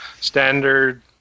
standard